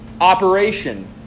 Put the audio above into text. operation